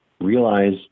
realize